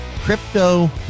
Crypto